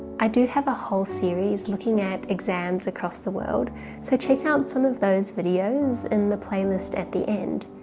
i do have a whole series looking at exams across the world so check out some of those videos in the playlist at the end.